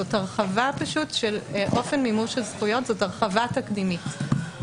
זו הרחבה של אופן מימוש הזכויות, הרחבה תקדימית.